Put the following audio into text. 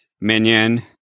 Minion